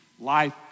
Life